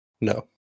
No